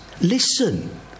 listen